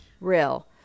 real